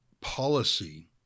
Policy